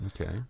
Okay